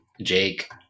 Jake